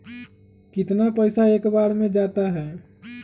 कितना पैसा एक बार में जाता है?